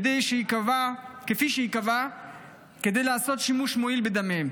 כדפי שייקבע כדי לעשות שימוש מועיל בדמיהן.